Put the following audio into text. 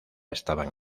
estaban